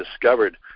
discovered